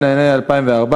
בעד.